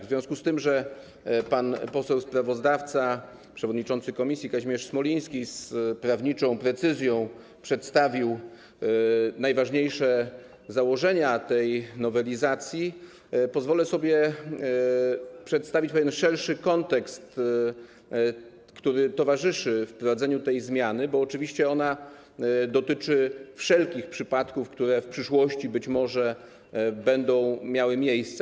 W związku z tym, że pan poseł sprawozdawca, przewodniczący komisji Kazimierz Smoliński z prawniczą precyzją przedstawił najważniejsze założenia tej nowelizacji, pozwolę sobie przedstawić pewien szerszy kontekst, który towarzyszy wprowadzeniu tej zmiany, bo oczywiście ona dotyczy wszelkich przypadków, które w przyszłości być może będą miały miejsce.